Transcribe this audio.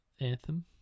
Anthem